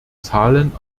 zahlen